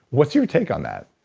what's your take on that?